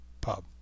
Pub